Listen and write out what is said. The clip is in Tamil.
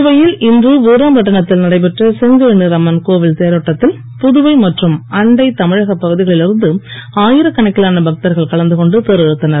புதுவையில் இன்று வீராம்பட்டினத்தில் நடைபெற்ற செங்கழுநீர்அம்மன் கோவில் தோரோட்டத்தில் புதுவை மற்றும் அண்டை தமிழக பகுதிகளில் இருந்து ஆயிரக்கணக்கிலான பக்தர்கள் கலந்து கொண்டு தேர் இழுத்தனர்